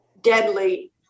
deadly